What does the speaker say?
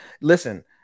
Listen